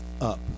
up